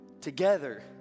together